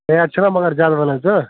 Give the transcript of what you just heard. rate چھَنا مگر زیادٕ ونان ژٕ